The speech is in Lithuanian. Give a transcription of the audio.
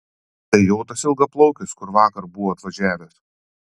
tai jo tas ilgaplaukis kur vakar buvo atvažiavęs